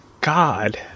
god